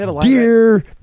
Dear